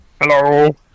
Hello